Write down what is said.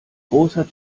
großer